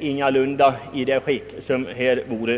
ingalunda är i det skick som de borde vara.